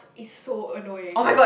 it's so annoying